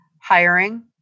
Hiring